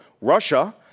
Russia